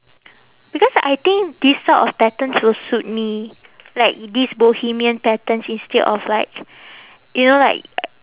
because I think this type of patterns will suit me like this bohemian patterns instead of like you know like